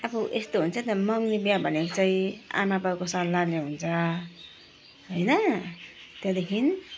अब यस्तो हुन्छ नि त मँगनी बिहा भनेको चाहिँ आमाबाउको सल्लाहले हुन्छ हैन त्यहाँदेखिन्